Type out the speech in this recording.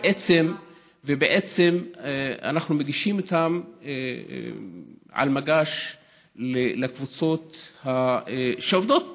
ובעצם אנחנו מגישים אותם על מגש לקבוצות שעובדות אנטי-החברה,